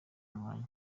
mwanya